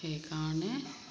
সেইকাৰণে